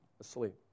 asleep